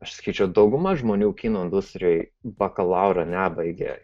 aš sakyčiau dauguma žmonių kino industrijoj bakalauro nebaigė